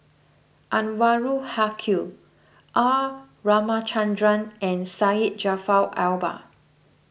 Anwarul Haque R Ramachandran and Syed Jaafar Albar